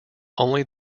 only